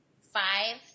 five